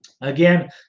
again